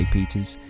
Peters